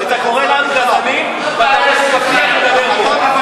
אתה קורא לנו "גזענים" ואתה עומד עם כאפיה ומדבר פה?